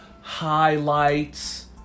highlights